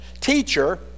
teacher